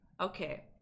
okay